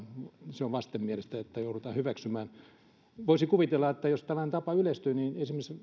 se on vastenmielistä että joudutaan hyväksymään voisin kuvitella että jos tällainen tapa yleistyy niin esimerkiksi